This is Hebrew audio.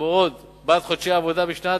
בעד חודשי עבודה בשנת